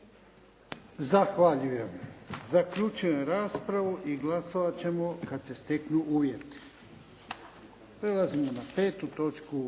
Zahvaljujem. Zaključujem raspravu. Glasovat ćemo kad se steknu uvjeti. **Bebić, Luka